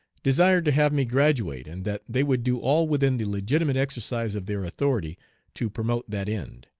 desired to have me graduate, and that they would do all within the legitimate exercise of their authority to promote that end.